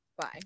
Bye